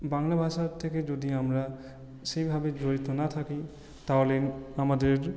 বাংলা ভাষার থেকে যদি আমরা সেইভাবে জড়িত না থাকি তাহলে আমাদের